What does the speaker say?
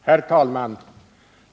Herr talman!